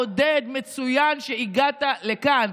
עודד, מצוין שהגעת לכאן.